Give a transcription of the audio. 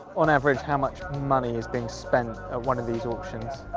on average how much money is being spent at one of these auctions?